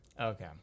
Okay